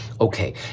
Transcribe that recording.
Okay